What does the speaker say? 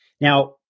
Now